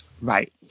right